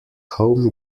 home